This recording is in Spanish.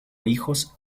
hijos